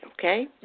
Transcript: Okay